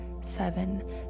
seven